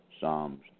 Psalms